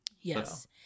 yes